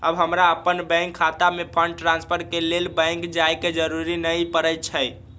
अब हमरा अप्पन बैंक खता में फंड ट्रांसफर के लेल बैंक जाय के जरूरी नऽ परै छइ